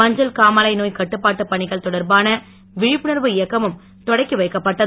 மஞ்சன் காமாலை நோய் கட்டுப்பாட்டு பணிகள் தொடர்பான விழிப்புணர்வு இயக்கமும் தொடக்கி வைக்கப்பட்டது